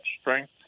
strength